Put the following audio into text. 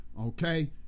okay